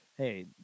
Hey